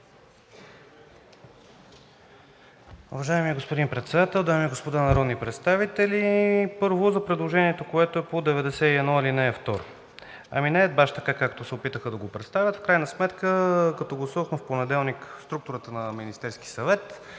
Уважаеми господин Председател, дами и господа народни представители! Първо за предложението, което е по чл. 91, ал. 2. Ами не е баш така, както се опитаха да го представят. В крайна сметка, като гласувахме в понеделник структурата на Министерския съвет,